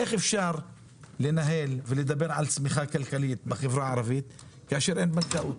איך אפשר לנהל ולדבר על צמיחה כלכלית בחברה הערבית כאשר אין בנקאות?